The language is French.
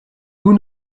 vous